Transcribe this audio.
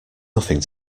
nothing